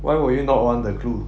why would you not want the clue